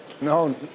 No